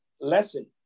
lesson